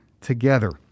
together